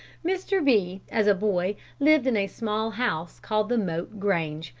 mr. b, as a boy, lived in a small house called the moat grange,